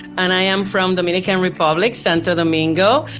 and i am from dominican republic santa domingo.